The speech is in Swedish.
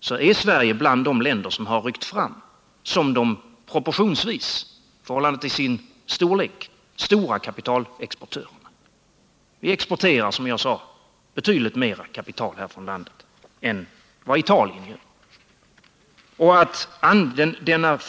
tillhör de länder som har ryckt fram och blivit i förhållande till sin storlek en av de stora kapitalexportörerna. Sverige exporterar, som sagt, betydligt mera kapital än Italien.